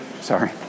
sorry